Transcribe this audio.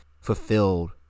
fulfilled